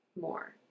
more